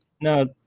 No